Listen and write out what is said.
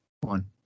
one